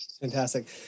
Fantastic